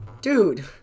dude